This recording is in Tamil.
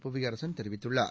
புவியரசன் தெரிவித்துள்ளார்